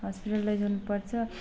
hospital लैजाउनु पर्छ